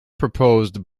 proposed